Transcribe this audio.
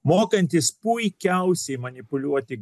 mokantis puikiausiai manipuliuoti